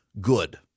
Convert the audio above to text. Good